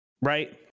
Right